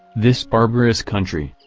this barbarous country,